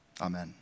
amen